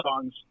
songs